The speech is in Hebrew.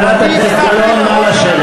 זה הדבר היחיד שחשוב לכם.